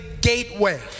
gateway